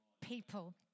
people